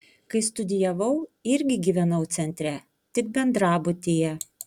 kai studijavau irgi gyvenau centre tik bendrabutyje